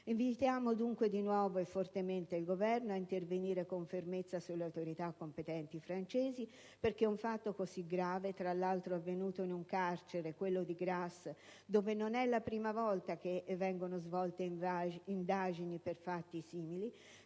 Invitiamo dunque, di nuovo e fortemente, il Governo ad intervenire con fermezza sulle autorità competenti francesi perché un fatto così grave, tra l'altro avvenuto in un carcere, quello di Grasse, dove non è la prima volta che vengono svolte indagini per fatti simili,